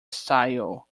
style